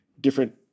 different